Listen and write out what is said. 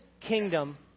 kingdom